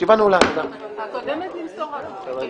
חובת סינון אתרים פוגעניים),